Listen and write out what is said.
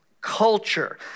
culture